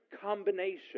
combination